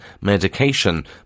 medication